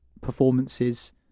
performances